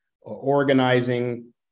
organizing